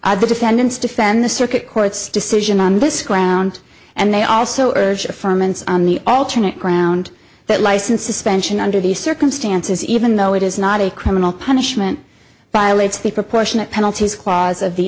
are the defendants defend the circuit court's decision on this ground and they also urge from an alternate ground that license suspension under these circumstances even though it is not a criminal punishment violates the proportionate penalties clause of the